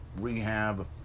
rehab